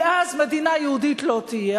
כי אז מדינה יהודית לא תהיה,